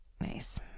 Nice